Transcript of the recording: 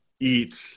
eat